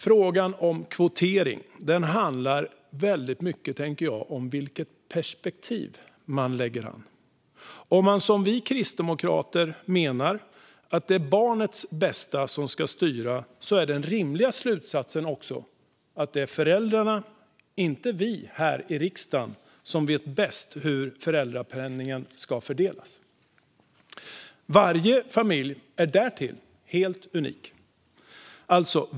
Frågan om kvotering handlar väldigt mycket om vilket perspektiv man lägger an. Om man som vi kristdemokrater menar att det är barnets bästa som ska styra är den rimliga slutsatsen att det är föräldrarna, inte vi här i riksdagen, som vet bäst hur föräldrapenningen ska fördelas. Varje familj är därtill helt unik.